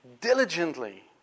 diligently